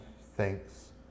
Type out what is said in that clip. Thanks